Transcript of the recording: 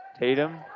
Tatum